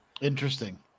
Interesting